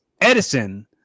Edison